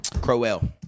Crowell